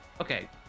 okay